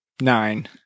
nine